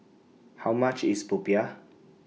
How much IS Popiah